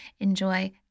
Enjoy